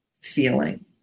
feeling